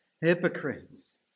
hypocrites